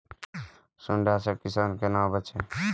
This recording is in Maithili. सुंडा से किसान कोना बचे?